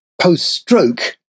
post-stroke